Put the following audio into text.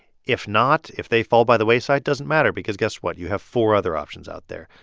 if not, if they fall by the wayside, doesn't matter because guess what? you have four other options out there.